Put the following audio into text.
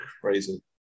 Crazy